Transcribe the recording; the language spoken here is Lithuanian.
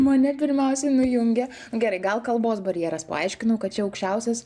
mane pirmiausiai jungia gerai gal kalbos barjeras paaiškinau kad čia aukščiausias